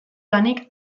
lanik